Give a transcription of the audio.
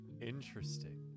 Interesting